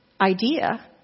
idea